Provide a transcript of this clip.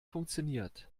funktioniert